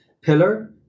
pillar